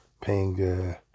paying